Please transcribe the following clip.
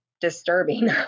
disturbing